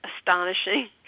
astonishing